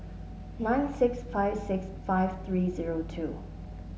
nine six five six five three zero two